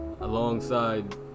Alongside